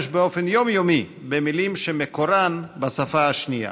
באופן יומיומי במילים שמקורן בשפה השנייה.